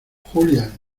julia